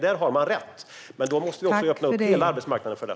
Där har man rätt. Men då måste vi också öppna upp hela arbetsmarknaden för det.